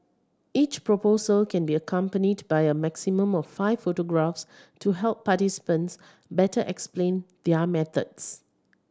each proposal can be accompanied by a maximum of five photographs to help participants better explain their methods